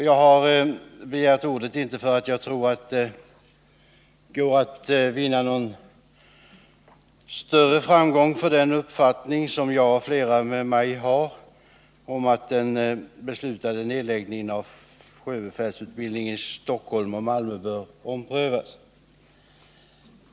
Jag har begärt ordet trots att jag inte tror att det går att vinna någon större framgång för den uppfattning som jag och flera med mig har, nämligen att den beslutade nedläggningen av sjöbefälsutbildningen i Stockholm och Malmö bör omprövas.